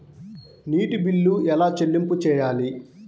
నీటి బిల్లు ఎలా చెల్లింపు చేయాలి?